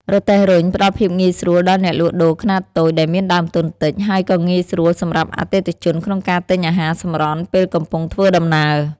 រទេះរុញ ផ្តល់ភាពងាយស្រួលដល់អ្នកលក់ដូរខ្នាតតូចដែលមានដើមទុនតិច ហើយក៏ងាយស្រួលសម្រាប់អតិថិជនក្នុងការទិញអាហារសម្រន់ពេលកំពុងធ្វើដំណើរ។